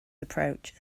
approach